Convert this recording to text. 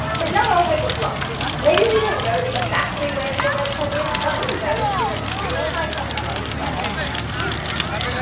but not all hope is lost! maybe we don't know exactly where the electron is but we know with a pretty high probability that it's around here somewhere.